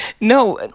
No